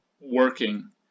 working